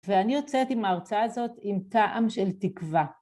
ואני יוצאת עם ההרצאה הזאת עם טעם של תקווה.